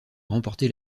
remporté